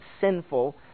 sinful